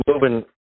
moving